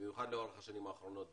במיוחד לאורך השנים האחרונות,